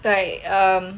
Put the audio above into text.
like um